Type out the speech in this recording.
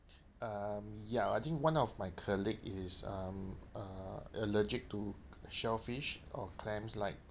um ya I think one of my colleague is um uh allergic to shellfish or clams like